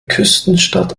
küstenstadt